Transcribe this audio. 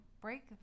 break